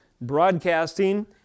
broadcasting